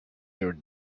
your